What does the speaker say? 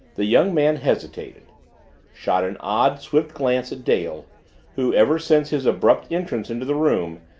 the young man hesitated shot an odd, swift glance at dale who ever since his abrupt entrance into the room,